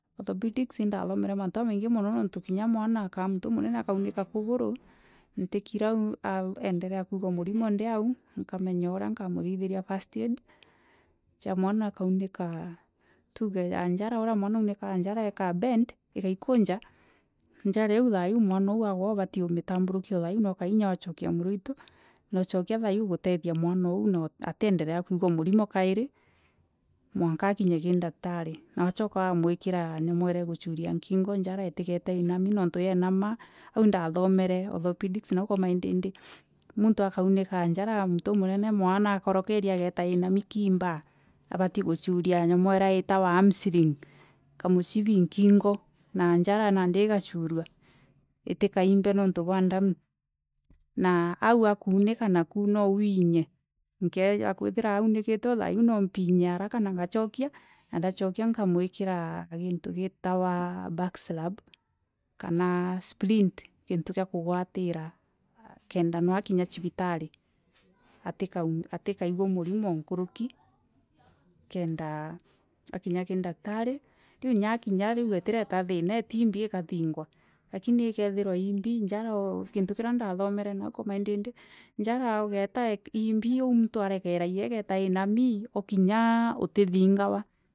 Orthopindix indathomere maritû jamaingi mono nontû kinya mwona kana mûntû ûmûnene akaûnika kûgûrii nrikira aû endelea kûsûgûa mûrimo ndiraû nkamenya ûria nkamûthiria first aid ja mwana akaûrika tûge ja njara ûrea mwana ishikaa njara ikabend igaikûnja njara iû rira mwana aû agwa ûbari ûmitambirûkia atharû na ûkainya ûgachokia mûraithi na ûchokia thairi gûrethia mwana aû na atiendelea kûigûa mûrimo kairi mwanka akinye ki ndaktari na wachoka wamwikira nyûmorera e gûchûlia nkingo njara itigere inami noritû yenama aû ndathomere orthopendix nio kwa maindindi mûntû akaûnika anjara mûntû ûmûnene mwara akarûkira ageta yinami kiimbaa. abati gûcûria a nyûmoira yitawa hamstring mûcila nkingo na njara nandi igacûrwa itikaimbe nontû bwa ndamû naaû akûnûka nakûo no wiinye. Nkeya kwithira aûshikire otharû mpinyaa araka na ngachokia na ndachokia nkamûitkira back slab kana splink gintû kia kûgwatira kenda no akinya abitari arikaigûe mûrimo nkûrûki kenda akinya ki ndaktari, riû inya akinya hû itireta thina iimbi ikathingwa lakini ikethira imbi njara, kintû kira ndathomere naû kwa maindindi njara igeera imbi oû mûntû orekeragia igeta inami kinya ûtithingawa.